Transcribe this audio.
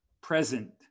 present